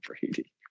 Brady